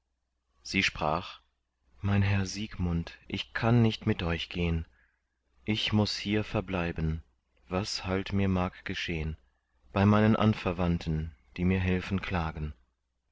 sie sprach mein herr siegmund ich kann nicht mit euch gehn ich muß hier verbleiben was halt mir mag geschehn bei meinen anverwandten die mir helfen klagen